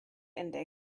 entdeckt